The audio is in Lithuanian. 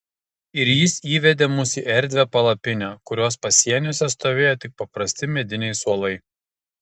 ir jis įvedė mus į erdvią palapinę kurios pasieniuose stovėjo tik paprasti mediniai suolai